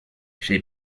she